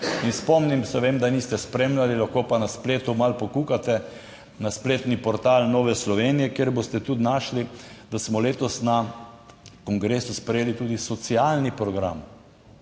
saj vem, da niste spremljali, lahko pa na spletu malo pokukate na spletni portal Nove Slovenije, kjer boste tudi našli, da smo letos na kongresu sprejeli tudi socialni program.